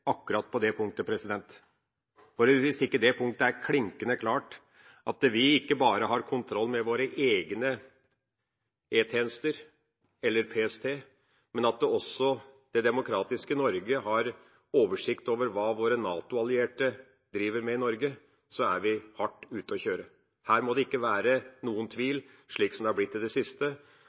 akkurat på det punktet. Hvis ikke det punktet er klinkende klart – at vi ikke bare har kontroll med våre egne E-tjenester eller PST, men også at det demokratiske Norge har oversikt over hva våre NATO-allierte driver med i Norge – er vi hardt ute og kjører. Her må det ikke være noen tvil, slik det har blitt i det siste.